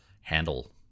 handle